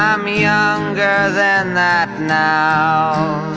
i'm younger than that now